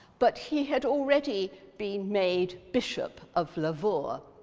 but he had already been made bishop of lavaur,